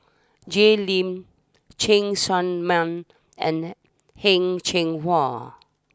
Jay Lim Cheng Tsang Man and Heng Cheng Hwa